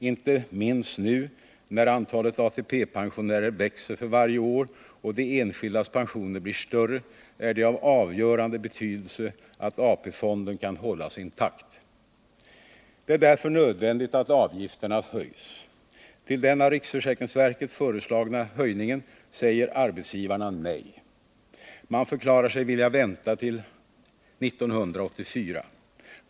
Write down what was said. Inte minst nu, när antalet ATP-pensionärer växer för varje år och de enskildas pensioner blir större, är det av avgörande betydelse att AP-fonden kan hållas intakt. Det är därför nödvändigt att avgifterna höjs. Till den av riksförsäkringsverket föreslagna höjningen säger arbetsgivarna nej. Man förklarar sig vilja vänta till 1984.